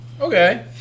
Okay